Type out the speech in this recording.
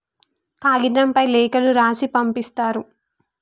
కాగితంపై లేఖలు రాసి పంపిస్తారు